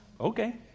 Okay